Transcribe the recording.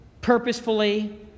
purposefully